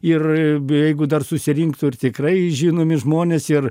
ir bjeigu dar susirinktų ir tikrai žinomi žmonės ir